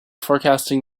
forecasting